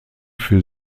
für